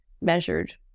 measured